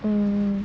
um